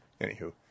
Anywho